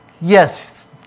yes